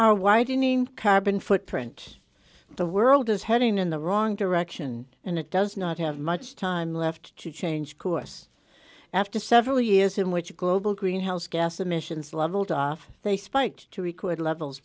our widening carbon footprint the world is heading in the wrong direction and it does not have much time left to change course after several years in which global greenhouse gas emissions leveled off they spiked to record levels